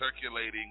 circulating